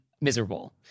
miserable